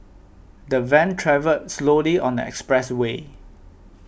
the van travelled slowly on the expressway